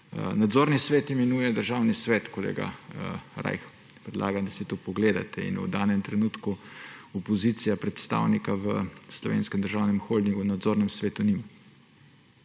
Nadzorni svet imenuje Državni svet, kolega Rajh. Predlagam da si to pogledate. In v danem trenutku opozicija predstavnika v Slovenskem državnem holdingu v nadzornem svetu nima.